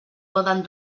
poden